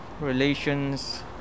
relations